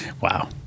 Wow